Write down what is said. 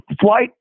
flight